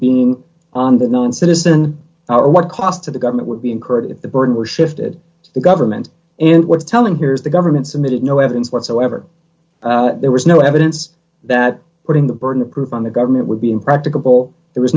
being on the non citizen what cost to the government would be incurred if the burden were shifted to the government and what's telling here is the government submitted no evidence whatsoever there was no evidence that putting the burden of proof on the government would be impracticable there was